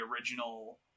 original